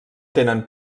tenen